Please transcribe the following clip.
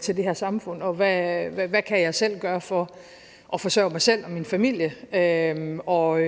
til det her samfund, og hvad kan jeg selv gøre for at forsørge mig selv og min familie og